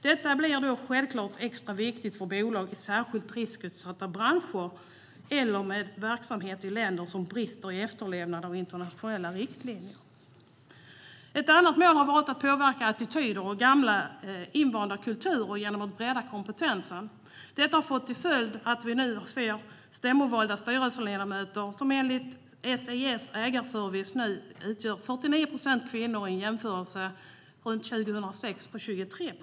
Detta blir självklart extra viktigt för bolag i särskilt riskutsatta branscher eller med verksamhet i länder som brister i efterlevnaden av internationella riktlinjer. Ett annat mål har varit att påverka attityder och gamla invanda kulturer genom att bredda kompetensen. Detta har fått till följd att vi nu ser att 49 procent av de stämmovalda styrelseledamöterna är kvinnor, enligt SIS Ägarservice. Man kan jämföra med hur det var runt 2006, då det var 23 procent kvinnor.